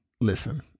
listen